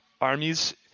armies